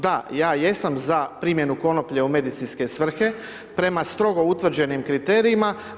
Da, ja jesam za primjenu konoplje u medicinske svrhe prema strogo utvrđenim kriterijima.